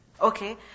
Okay